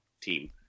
team